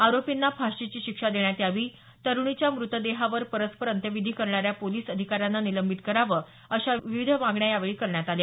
आरोपींना फाशीची शिक्षा देण्यात यावी तरुणीच्या मुतदेहावर परस्पर अंत्यविधी करणाऱ्या पोलिस अधिकाऱ्यांना निलंबित करावं अशा विविध मागण्या आंदोलकांनी यावेळी केल्या